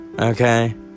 Okay